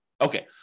Okay